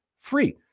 Free